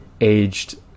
aged